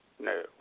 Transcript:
No